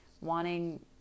wanting